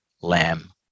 Lamb